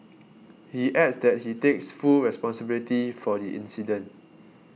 he adds that he takes full responsibility for the incident